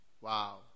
wow